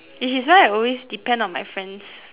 which is why I always depend on my friends